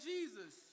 Jesus